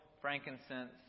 frankincense